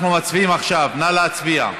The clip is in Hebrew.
אנחנו מצביעים עכשיו, נא להצביע.